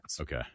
Okay